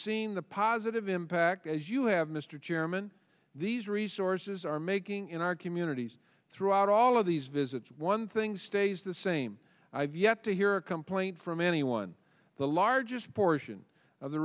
seen the positive impact as you have mr chairman these resources are making in our communities throughout all of these visits one thing stays the same i've yet to hear a complaint from anyone the largest portion of the